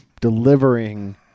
Delivering